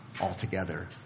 altogether